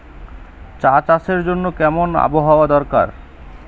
চা চাষের জন্য কেমন আবহাওয়া দরকার?